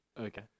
Okay